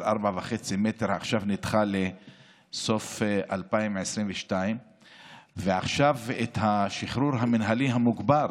4.5 מטר נדחה לסוף 2022. השחרור המינהלי המוגבר,